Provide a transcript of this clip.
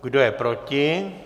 Kdo je proti?